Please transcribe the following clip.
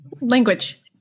Language